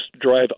drive